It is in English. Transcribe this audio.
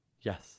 yes